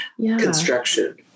construction